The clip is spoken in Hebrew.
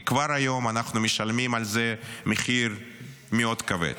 כי כבר היום אנחנו משלמים על זה מחיר מאוד כבד.